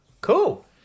Cool